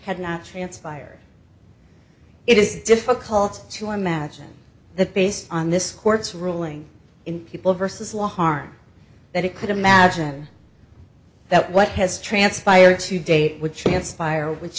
had not transpired it is difficult to imagine that based on this court's ruling in people versus law harm that it could imagine that what has transpired to date would transpire which